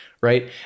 Right